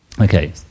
Okay